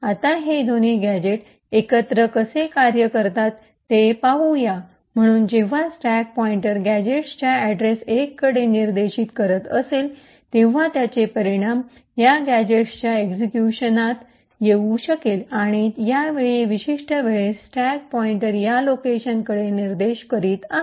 आता हे दोन्ही गॅझेट एकत्र कसे कार्य करतात ते पाहूया म्हणून जेव्हा स्टॅक पॉइंटर गॅझेटच्या अड्रेस १ कडे निर्देशित करीत असेल तेव्हा त्याचे परिणाम या गॅझेटच्या एक्सिक्यूशनात येऊ शकेल आणि या वेळी विशिष्ट वेळेस स्टॅक पॉइंटर या लोकेशनकडे निर्देश करीत आहे